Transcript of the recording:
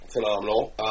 phenomenal